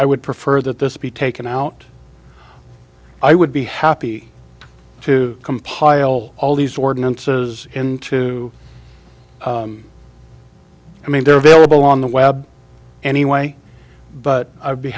i would prefer that this be taken out i would be happy to compile all these ordinances into i mean they're available on the web anyway but i'd be